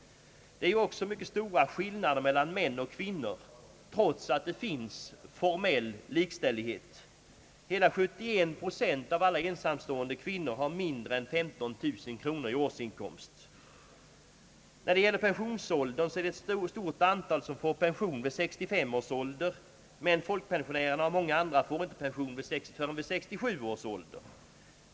Det är också stora skillnader mellan män och kvinnor, trots att det finns formell likställighet. Hela 71 procent av alla ensamstående kvinnor har mindre än 15000 kronor i årsinkomst. När det gäller pensionsålder är det ett stort antal som får pension vid 65 års ålder, men folkpensionärerna och många andra får inte pension förrän vid 67 års ålder.